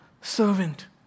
servant